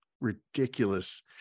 ridiculous